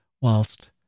whilst